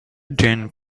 d’un